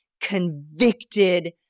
convicted